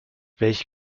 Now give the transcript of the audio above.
welch